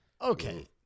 Okay